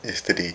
yesterday